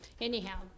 anyhow